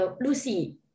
Lucy